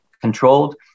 controlled